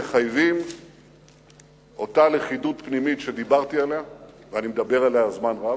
מחייבים אותה לכידות פנימית שדיברתי עליה ואני מדבר עליה זמן רב.